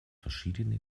verschiedene